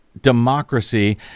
Democracy